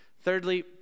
Thirdly